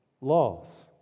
laws